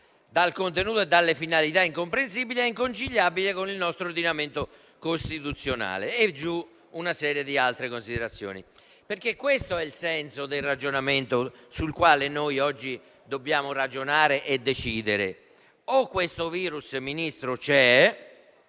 dal contenuto e dalle finalità incomprensibili, è inconciliabile con il nostro ordinamento costituzionale». Segue una serie di altre considerazioni. Questo è il senso del ragionamento sul quale noi oggi ci dobbiamo soffermare ed esprimere, Ministro: o